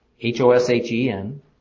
H-O-S-H-E-N